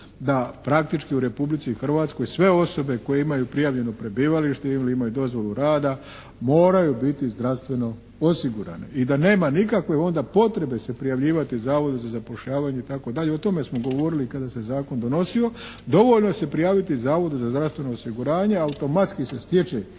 da praktički u Republici Hrvatskoj sve osobe koje imaju prijavljeno prebivalište ili imaju dozvolu rada moraju biti zdravstveno osigurane i da nema nikakve onda potrebe se prijavljivati Zavodu za zapošljavanje itd. O tome smo govorili kada se zakon donosio. Dovoljno se prijaviti Zavodu za zdravstveno osiguranje. Automatski se stječe